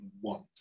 want